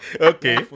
Okay